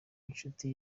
inshuti